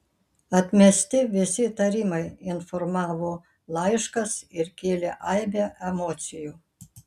atmesti visi įtarimai informavo laiškas ir kėlė aibę emocijų